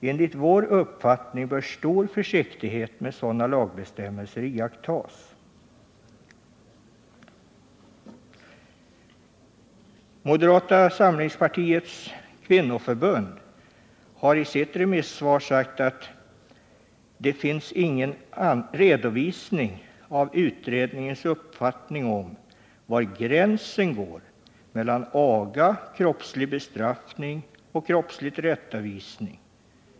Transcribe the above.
Enligt vår uppfattning bör stor försiktighet med sådana lagbestämmelser iakttas.” Moderata samlingspartiets kvinnoförbund har i sitt remissvar sagt att det ”finns ingen redovisning av utredningens uppfattning om var gränsen går mellan aga, kroppslig bestraffning och kroppslig tillrättavisning.